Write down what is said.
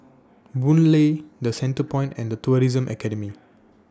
Boon Lay The Centrepoint and The Tourism Academy